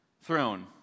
throne